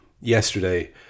Yesterday